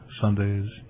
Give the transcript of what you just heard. Sunday's